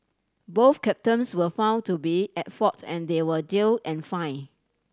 both captains were found to be at fault and they were jail and fine